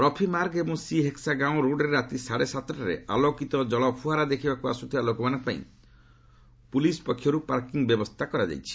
ରଫିମାର୍ଗ ଏବଂ ସି ହେକସା ଗାଓଁ ରୋଡ୍ରେ ରାତି ସାତଟାରେ ଆଲୋକିତ ଜଳଫୁଆରା ଦେଖିବାକୁ ଆସୁଥିବା ଲୋକମାନଙ୍କ ପାଇଁ ପୁଲିସ୍ ପକ୍ଷରୁ ପାର୍କିଂ ବ୍ୟବସ୍ଥା କରାଯାଇଛି